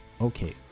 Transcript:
Okay